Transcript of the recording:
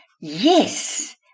Yes